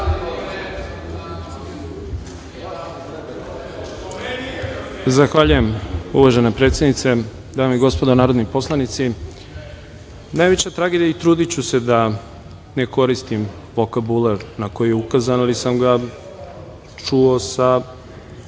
Zahvaljujem, uvažena predsednice, dame i gospodo narodni poslanici, najveća tragedija, i trudiću se da ne koristim vokabular na koji je ukazano, ali sam ga čuo sa